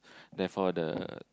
therefore the